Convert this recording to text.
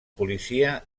policia